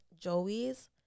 Joey's